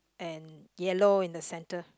and yellow in the center